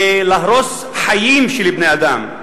ולהרוס חיים של בני-אדם.